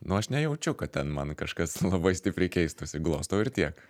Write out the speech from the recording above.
nu aš nejaučiu kad ten man kažkas labai stipriai keistųsi glostau ir tiek